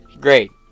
great